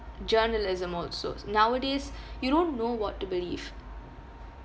journalism all sorts nowadays you don't know what to believe